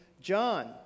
John